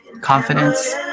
confidence